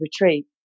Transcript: retreat